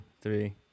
three